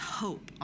hope